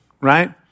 right